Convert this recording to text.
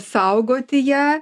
saugoti ją